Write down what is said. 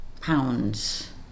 pounds